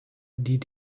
die